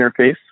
interface